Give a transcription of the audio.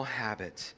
habit